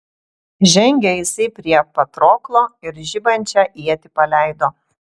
žengė jisai prie patroklo ir žibančią ietį paleido